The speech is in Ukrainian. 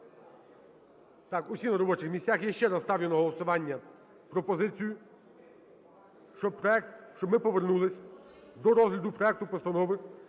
Так, усі на робочих місцях. Я ще раз ставлю на голосування пропозицію, щоб ми повернулися до розгляду проекту Постанови